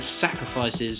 sacrifices